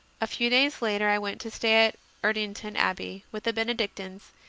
a few days later i went to stay at erdington abbey, with the benedictines,